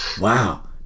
wow